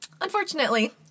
Unfortunately